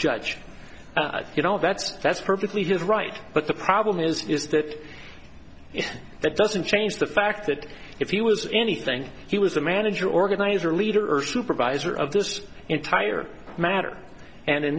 judge you know that's that's perfectly his right but the problem is is that that doesn't change the fact that if he was anything he was the manager organizer leader earth supervisor of this entire matter and in